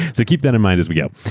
so keep that in mind as we go.